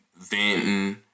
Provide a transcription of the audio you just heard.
venting